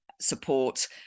support